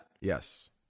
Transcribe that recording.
Yes